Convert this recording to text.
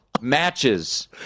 matches